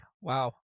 Wow